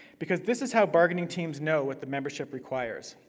because this is how bargaining teams know what the membership requires.